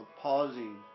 pausing